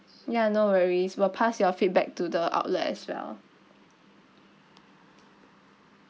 ya no worries we'll pass your feedback to the outlet as well